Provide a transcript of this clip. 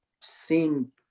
seen